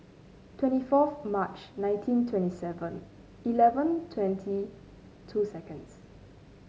twenty fourth March nineteen twenty Seven Eleven twenty two seconds